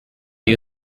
you